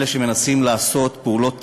אלה שמנסים לעשות פעולות טרור.